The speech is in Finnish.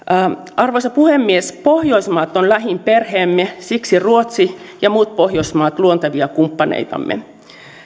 arvoisa puhemies pohjoismaat on lähin perheemme siksi ruotsi ja muut pohjoismaat ovat luontevia kumppaneitamme